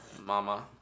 Mama